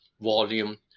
volume